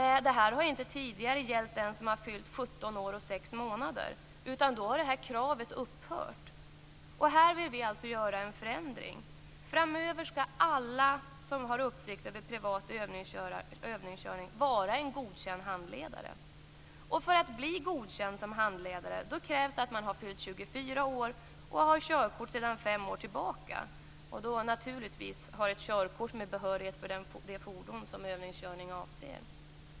Detta har tidigare inte gällt den som har fyllt 17 år och 6 månader, utan då har detta krav upphört. Här vill vi alltså göra en förändring. Framöver skall alla som har uppsikt över privat övningskörning vara en godkänd handledare. För att bli godkänd som handledare krävs det att man har fyllt 24 år, att man har haft körkort sedan 5 år tillbaka och naturligtvis att man har ett körkort med behörighet för det fordon som övningskörningen avser.